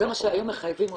זה מה שהיום מחייבים אותם.